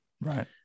Right